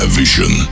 vision